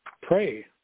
pray